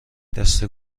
دسته